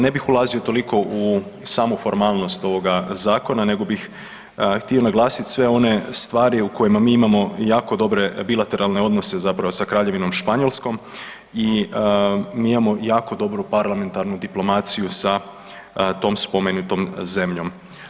Ne bih ulazio toliko u samu formalnost ovoga zakona nego bih htio naglasit sve one stvari u kojima mi imamo jako dobre bilateralne zapravo sa Kraljevinom Španjolskom i mi imamo jako dobru parlamentarnu diplomacijom sa tom spomenutom zemljom.